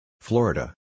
Florida